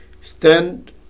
stand